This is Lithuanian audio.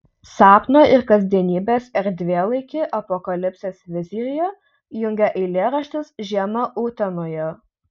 sapno ir kasdienybės erdvėlaikį apokalipsės vizijoje jungia eilėraštis žiema utenoje